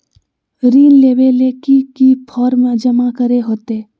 ऋण लेबे ले की की फॉर्म जमा करे होते?